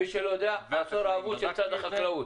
מי שלא יודע, זה עשור אבוד של משרד החקלאות.